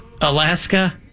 Alaska